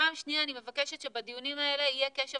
פעם שנייה אני מבקשת שבדיונים האלה יהיה קשב